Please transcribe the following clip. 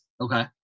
Okay